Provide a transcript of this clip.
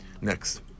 Next